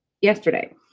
yesterday